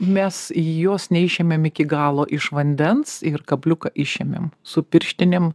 mes jos neišėmėm iki galo iš vandens ir kabliuką išėmėm su pirštinėm